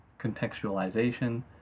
contextualization